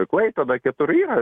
klaipėdoj keturi yra